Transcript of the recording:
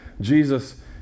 Jesus